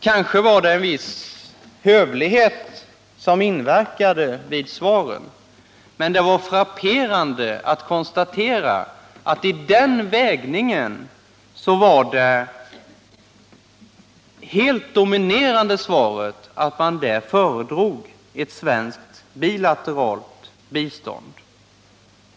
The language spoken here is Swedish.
Kanske var det en viss hövlighet som inverkade på svaren, men det var frapperande att vid den vägningen var det helt dominerande svaret att man föredrog ett svenskt bilateralt bistånd.